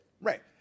Right